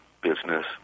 business